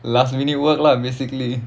last minute work lah basically